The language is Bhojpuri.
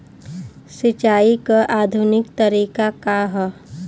सिंचाई क आधुनिक तरीका का ह?